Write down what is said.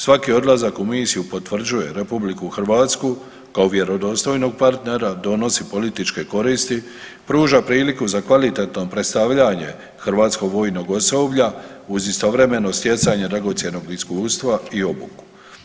Svaki odlazak u misiju potvrđuje RH kao vjerodostojnog partnera, donosi političke koristi, pruža priliku za kvalitetno predstavljanje hrvatskog vojnog osoblja uz istovremeno stjecanje dragocjenog iskustva i obuku.